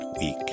week